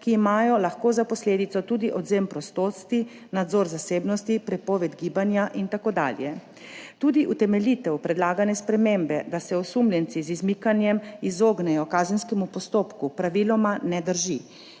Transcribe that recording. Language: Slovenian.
ki imajo lahko za posledico tudi odvzem prostosti, nadzor zasebnosti, prepoved gibanja in tako dalje. Tudi utemeljitev predlagane spremembe, da se osumljenci z izmikanjem izognejo kazenskemu postopku, praviloma ne drži.